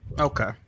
Okay